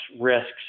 risks